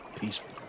peaceful